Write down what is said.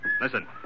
Listen